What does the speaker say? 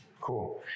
Cool